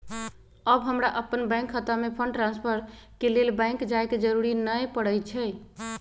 अब हमरा अप्पन बैंक खता में फंड ट्रांसफर के लेल बैंक जाय के जरूरी नऽ परै छइ